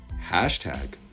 hashtag